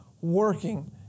working